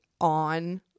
on